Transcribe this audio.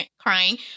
crying